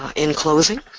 ah in closing,